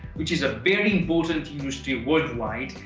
which is a very important industry worldwide,